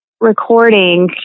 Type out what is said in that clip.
recording